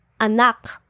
Anak